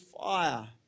fire